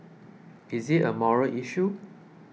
is it a moral issue